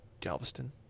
Galveston